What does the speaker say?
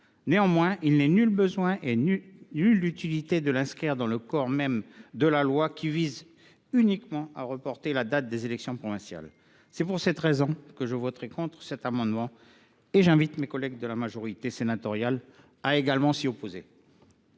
Néanmoins, il n’est nullement utile de l’inscrire dans le corps même de ce projet de loi, qui vise uniquement à reporter la date des élections provinciales. C’est pour cette raison que je voterai contre cet amendement et que j’invite mes collègues de la majorité sénatoriale à s’y opposer